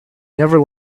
never